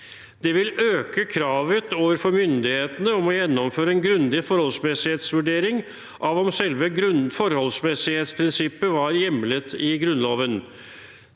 De vil øke kravet overfor myndighetene om å gjennomføre en grundig forholdsmessighetsvurdering av om selve forholdsmessighetsprinsippet var hjemlet i Grunnloven.